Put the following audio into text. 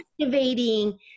activating